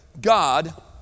God